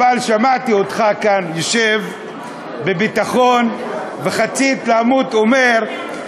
אבל שמעתי אותך כאן יושב בביטחון ובחצי התלהמות אומר: